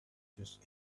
just